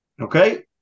Okay